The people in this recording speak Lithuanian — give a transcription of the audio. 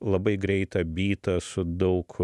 labai greitą bytą su daug